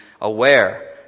aware